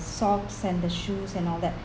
socks and the shoes and all that